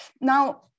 now